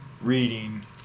reading